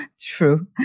True